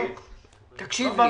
תקשיב לי.